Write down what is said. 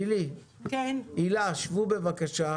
לילי, הילה, שבו בבקשה.